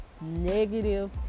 negative